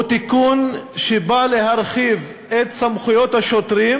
הוא תיקון שבא להרחיב את סמכויות השוטרים,